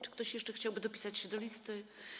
Czy ktoś jeszcze chciałby dopisać się do listy?